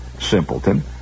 simpleton